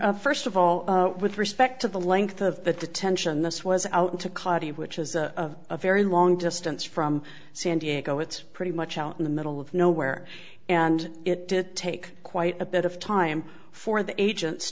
of first of all with respect to the length of the detention this was out to cody which is a very long distance from san diego it's pretty much out in the middle of nowhere and it did take quite a bit of time for the agents